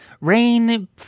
rain